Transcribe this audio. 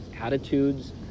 attitudes